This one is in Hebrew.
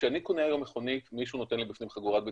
כשאני קונה היום מכונית מישהו נותן לי בפנים חגורת בטיחות,